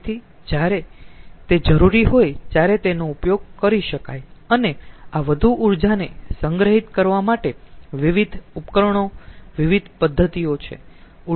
તેથી જ્યારે તે જરૂરી હોય ત્યારે તેનો ઉપયોગ કરી શકાય અને આ વધુ ઉર્જાને સંગ્રહિત કરવા માટે વિવિધ ઉપકરણો વિવિધ પદ્ધતિઓ છે